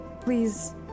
Please